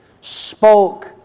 spoke